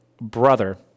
brother